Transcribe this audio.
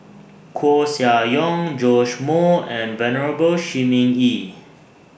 Koeh Sia Yong Joash Moo and Venerable Shi Ming Yi